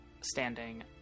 standing